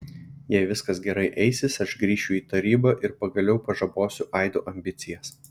jei viskas gerai eisis aš grįšiu į tarybą ir pagaliau pažabosiu aido ambicijas